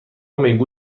میگو